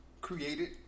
created